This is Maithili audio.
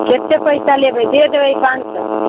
कते पैसा लेबै दे देबै पाँच सए